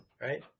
right